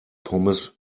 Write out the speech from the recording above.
pommes